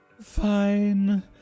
fine